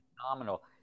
Phenomenal